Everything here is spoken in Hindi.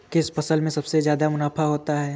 किस फसल में सबसे जादा मुनाफा होता है?